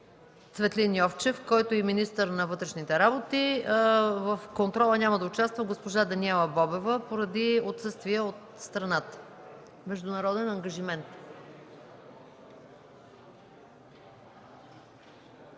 Цветлин Йовчев, който е министър на вътрешните работи. В контрола няма да участва госпожа Даниела Бобева поради отсъствие от страната, международен ангажимент.